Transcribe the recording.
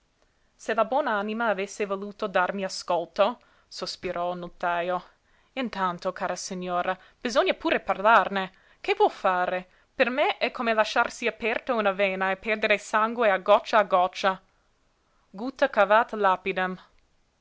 se la buon'anima avesse voluto darmi ascolto sospirò il notajo intanto cara signora bisogna pure parlarne che vuol fare per me è come lasciarsi aperta una vena e perdere sangue a goccia a goccia gutta cavat lapidem